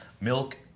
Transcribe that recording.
milk